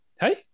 Hey